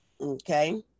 okay